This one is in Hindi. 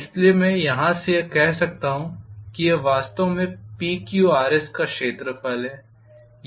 इसलिए मैं यहाँ से कह सकता हूँ कि यह वास्तव में PQRS का क्षेत्रफल है